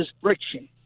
friction